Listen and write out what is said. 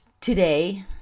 today